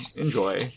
enjoy